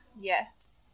Yes